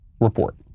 report